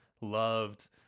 loved